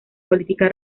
política